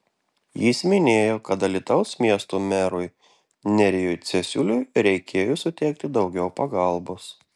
jis minėjo kad alytaus miesto merui nerijui cesiuliui reikėjo suteikti daugiau pagalbos